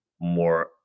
more